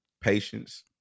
patience